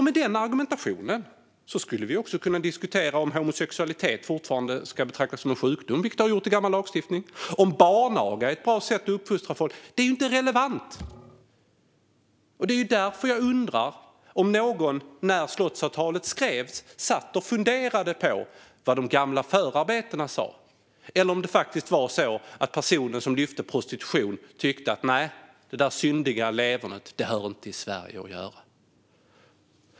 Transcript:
Med den argumentationen skulle vi också kunna diskutera om homosexualitet fortfarande ska betraktas som en sjukdom, vilket det har gjort i gammal lagstiftning, eller om barnaga är ett bra sätt att uppfostra. Det är ju inte relevant! Det är därför jag undrar om någon när slottsavtalet skrevs satt och funderade på vad de gamla förarbetena sa, eller om de personer som lyfte prostitution tyckte: Nej, det där syndiga levernet har inte i Sverige att göra.